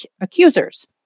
accusers